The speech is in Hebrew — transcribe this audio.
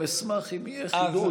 אני אשמח גם אם יהיה חידוש,